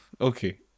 okay